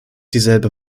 dieselbe